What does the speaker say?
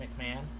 McMahon